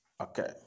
Okay